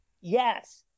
yes